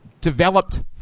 developed